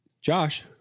josh